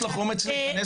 יש לך אומץ להיכנס לשם?